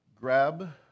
grab